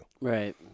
Right